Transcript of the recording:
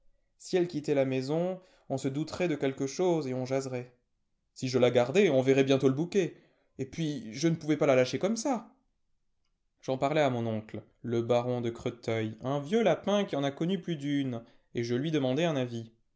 si elle quittait la maison on se douterait de quelque chose et on jaserait si e la gardais on verrait bientôt le bouquet et puis je ne pouvais la lâcher comme ça j'en parlai à mon oncle le baron de cre teuil un vieux lapin qui en a connu plus d'une et je lui demandai un avis